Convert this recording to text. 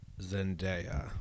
zendaya